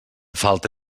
falta